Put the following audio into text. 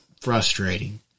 frustrating